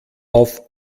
auf